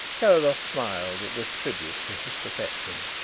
carrados smiled at this tribute to his perception.